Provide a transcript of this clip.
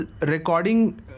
recording